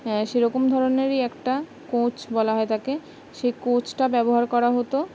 হ্যাঁ সেরকম ধরনেরই একটা কোঁচ বলা হয় তাকে সেই কোঁচটা ব্যবহার করা হতো